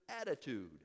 attitude